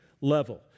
level